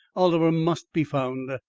oliver must be found!